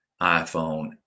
iPhone